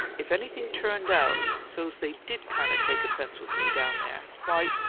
if anything turned out so's they did kind of take offense with me, down there, why,